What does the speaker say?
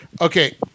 Okay